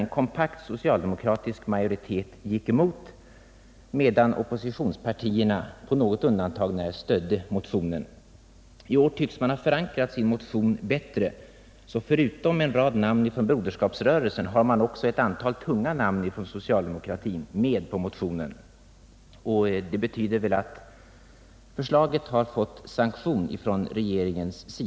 En kompakt socialdemokratisk majoritet gick emot motionen, medan oppositionspartierna på något undantag när stödde den. I år tycks man ha förankrat sin motion bättre. Förutom en rad namn från Broderskapsrörelsen har man också ett antal tunga namn från socialdemokratin med på motionen, och det tyder väl på att förslaget har fått sanktion från regeringen.